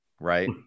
right